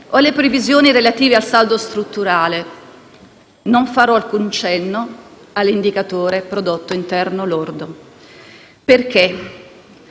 o alle previsioni relative al saldo strutturale. Non farò alcun cenno all'indicatore prodotto interno lordo, perché